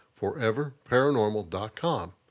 foreverparanormal.com